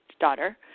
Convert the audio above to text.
daughter